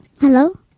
Hello